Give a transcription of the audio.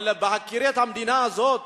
אבל בהכירי את המדינה הזאת,